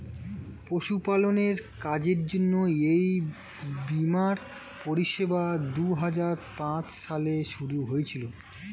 পশুপালনের কাজের জন্য এই বীমার পরিষেবা দুহাজার পাঁচ সালে শুরু হয়েছিল